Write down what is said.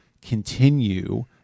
Continue